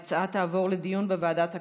ההצעה תעבור לדיון בוועדת הכלכלה,